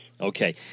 okay